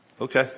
Okay